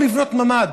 באו לבנות ממ"ד.